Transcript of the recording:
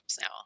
now